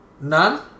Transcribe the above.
None